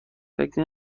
فکر